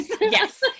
Yes